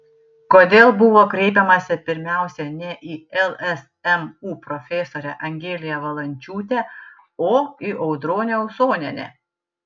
kodėl buvo kreipiamasi pirmiausia ne į lsmu profesorę angeliją valančiūtę o į audronę usonienę